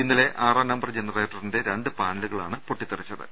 ഇന്നലെ ആറാം നമ്പർ ജനറേറ്ററിന്റെ രണ്ട് പാനലു കളാണ് പൊട്ടിത്തെറിച്ചത്